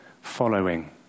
following